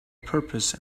purpose